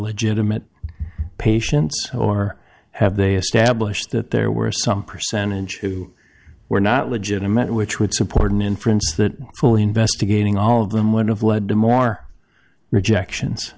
legitimate patients or have they established that there were some percentage who were not legitimate which would support an inference that fully investigating all of them would have led to more rejections